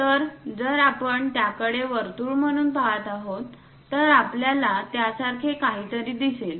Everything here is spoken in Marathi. तर जर आपण त्याकडे वर्तुळ म्हणून पहात आहोत तर आपल्याला त्यासारखे काहीतरी दिसेल